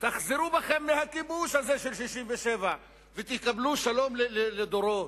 תחזרו בכם מהכיבוש של 1967 ותקבלו שלום לדורות.